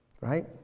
right